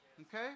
okay